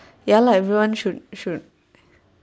ya lah everyone should should